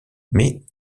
mais